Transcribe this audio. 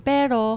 Pero